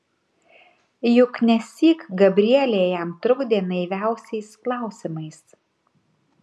juk nesyk gabrielė jam trukdė naiviausiais klausimais